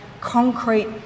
concrete